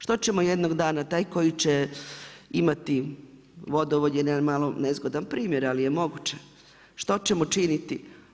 Što ćemo jednog dana taj koji će imati vodovod je malo nezgodan primjer, ali je moguće, što ćemo činiti?